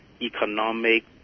economic